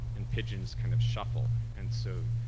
and pigeons kind of shuffle, and so,